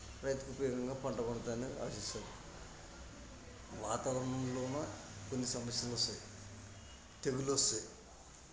రైతుకి ఉపయోగంగా పంట పండుతుందని ఆశిస్తాను వాతావరణంలోన కొన్ని సమస్యలు వస్తాయి తెగులు వస్తాయి